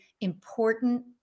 important